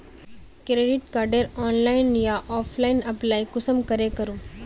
Credit कार्डेर online या offline apply कुंसम करे करूम?